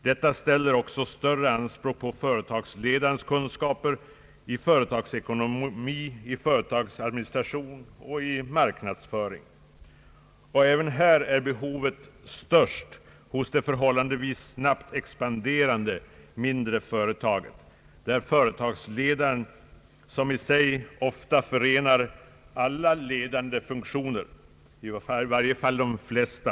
Detta ställer också större anspråk på företagsledarens kunskaper i företagsekonomi, i företagsadministration och i marknadsföring. även här är behovet störst hos de förhållandevis snabbt expanderande mindre företagen, där företagsledaren i sig ofta förenar alla ledande funktioner.